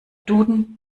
duden